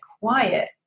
quiet